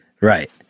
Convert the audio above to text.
right